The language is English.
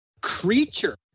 creature